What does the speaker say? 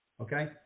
Okay